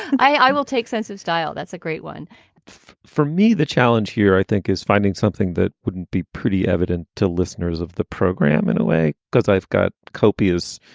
i will take sense of style. that's a great one for me the challenge here i think is finding something that wouldn't be pretty evident to listeners of the program in a way, because i've got copious,